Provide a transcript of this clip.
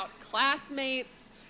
classmates